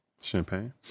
Champagne